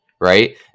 right